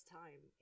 time